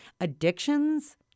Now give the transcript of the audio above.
addictions